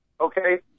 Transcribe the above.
okay